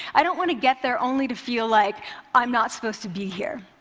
i don't want to get there only to feel like i'm not supposed to be here.